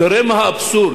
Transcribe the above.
תראה מה האבסורד.